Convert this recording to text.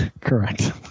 Correct